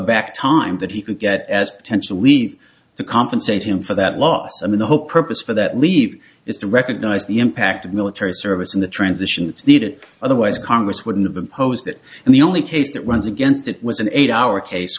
back time that he could get as potential leave to compensate him for that loss i mean the whole purpose for that leave is to recognize the impact of military service in the transition needed otherwise congress wouldn't have imposed it and the only case that runs against it was an eight hour case